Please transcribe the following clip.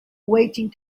waiting